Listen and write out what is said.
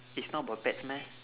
it's not about pets meh